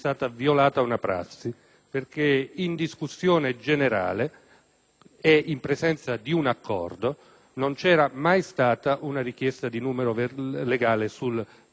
e in presenza di un accordo non c'era mai stata una richiesta reiterata di numero legale sul processo verbale. Noi della maggioranza abbiamo una responsabilità,